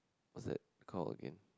what's that called again